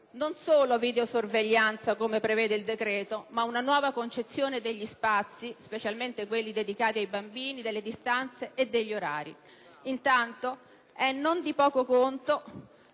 non solo videosorveglianza, come prevede il decreto, ma una nuova concezione degli spazi (specialmente quelli dedicati ai bambini), delle distanze e degli orari. Intanto, è non di poco conto